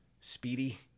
Speedy